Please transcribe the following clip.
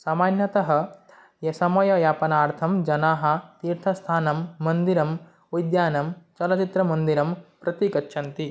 सामान्यतः य समययापनार्थं जनाः तीर्थस्थानं मन्दिरम् उद्यानं चलच्चित्रमन्दिरं प्रति गच्छन्ति